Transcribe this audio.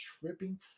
tripping